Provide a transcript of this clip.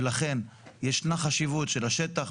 ולכן ישנה חשיבות של השטח.